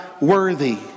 worthy